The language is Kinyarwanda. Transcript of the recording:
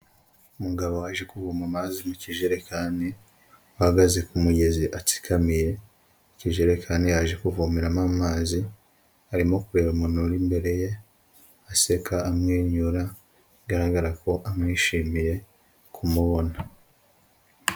Umugabo waje kuvoma amazi mu kijerekani ahagaze ku mugezi atsikamiye ikijerekani yaje kuvomeramo amazi, arimo kureba umuntu uri imbere ye aseka amwenyura bigaragara ko amwishimiye kumubona.